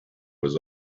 was